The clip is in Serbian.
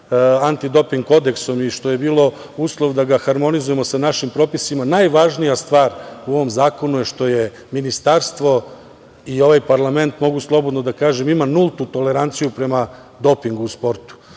antidoping kodeksom i što je bilo uslov da ga harmonizujemo sa našim propisima, najvažnija stvar u ovom zakonu je što Ministarstvo i ovaj parlament, mogu slobodno da kažem, ima nultu toleranciju prema dopingu u sportu.